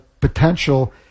potential